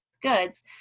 goods